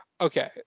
Okay